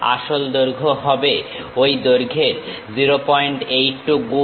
আসল দৈর্ঘ্য হবে ওই দৈর্ঘ্যের 082 গুণ